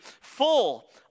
full